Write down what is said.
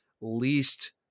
least